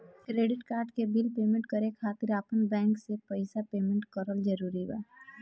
Credit card के bill payment करे खातिर आपन बैंक से पईसा पेमेंट करल जरूरी बा?